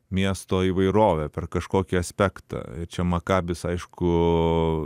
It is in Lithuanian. miesto įvairovę per kažkokį aspektą čia makabis aišku